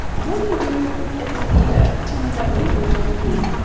what are you doing at the theatre? tell me about what you've been doing here.